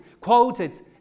quoted